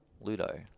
Ludo